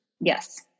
Yes